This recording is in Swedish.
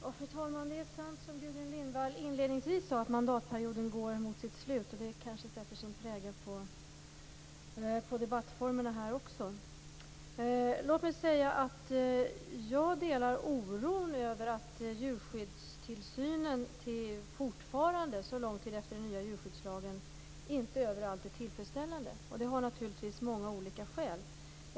Fru talman! Det är sant som Gudrun Lindvall inledningsvis sade, att mandatperioden går mot sitt slut. Det kanske sätter sin prägel på debattformerna. Jag delar oron över att djurskyddstillsynen fortfarande, så lång tid efter den nya djurskyddslagen, inte överallt är tillfredsställande. Det har naturligtvis många skäl.